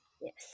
Yes